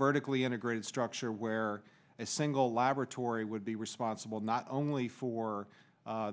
vertically integrated structure where a single laboratory would be responsible not only for